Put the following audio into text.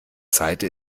seite